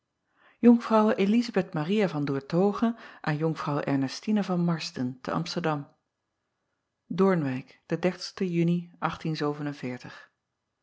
lizabeth aria van oertoghe aan onkvrouwe rnestine van arsden te msterdam sten oornwijck den uni